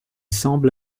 semble